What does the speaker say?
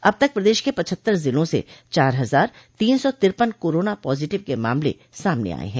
अब तक प्रदेश के पचहत्तर जिलों से चार हजार तीन सौ तिरपन कोरोना पॉजिटिव के मामले सामने आये हैं